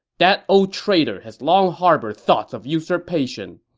that old traitor has long harbored thoughts of usurpation.